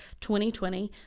2020